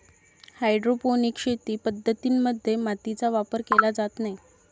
hydroponic शेती पद्धतीं मध्ये मातीचा वापर केला जात नाही